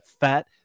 fat